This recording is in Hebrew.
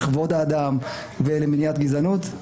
לכבוד האדם ולמניעת גזענות.